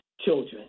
children